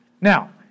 Now